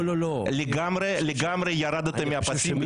לגמרי לגמרי ירדתם מהפסים.